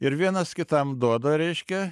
ir vienas kitam duoda reiškia